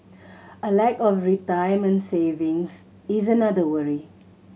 a lack of retirement savings is another worry